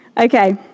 okay